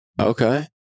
Okay